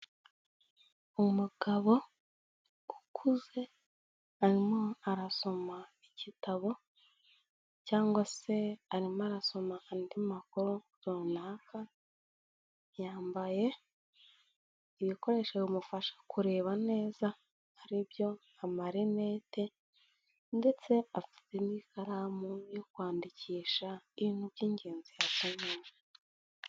Umugabo ukuze arimo arasoma igitabo cyangwa se arimo arasoma andi makuru runaka, yambaye ibikoresho bimufasha kureba neza aribyo amarinete, ndetse afite n'ikaramu yo kwandikisha ibintu by'ingenzi.